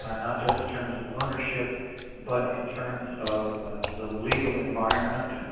um not just in terms of ownership but in terms of the legal environment.